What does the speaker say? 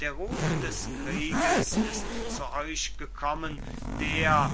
der ruf des krieges ist zu euch gekommen der